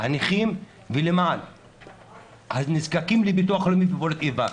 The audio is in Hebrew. הנכים ולמען הנזקקים בביטוח הלאומי מפעולות איבה.